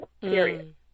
Period